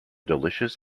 delicious